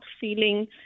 feeling